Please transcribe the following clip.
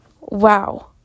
wow